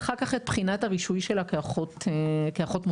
ואחר כך את בחינת הרישוי שלה כאחות מומחית.